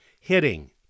Hitting